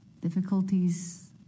difficulties